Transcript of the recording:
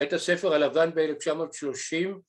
‫את הספר הלבן ב-1930.